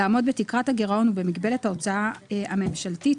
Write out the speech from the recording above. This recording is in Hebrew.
לעמוד בתקרת הגירעון ובמגבלת ההוצאה הממשלתית,